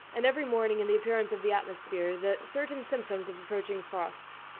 and every morning in the appearance of the atmosphere, the certain symptoms of approaching frost.